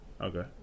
okay